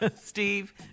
Steve